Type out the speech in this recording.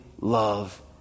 love